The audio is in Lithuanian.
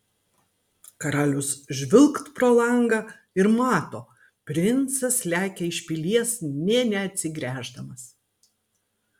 karalius žvilgt pro langą ir mato princas lekia iš pilies nė neatsigręždamas